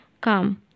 Come